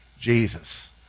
Jesus